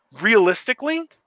realistically